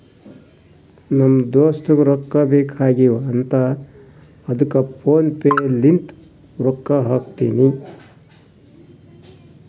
ನಮ್ ದೋಸ್ತುಗ್ ರೊಕ್ಕಾ ಬೇಕ್ ಆಗೀವ್ ಅಂತ್ ಅದ್ದುಕ್ ಫೋನ್ ಪೇ ಲಿಂತ್ ರೊಕ್ಕಾ ಹಾಕಿನಿ